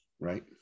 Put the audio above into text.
Right